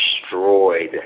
destroyed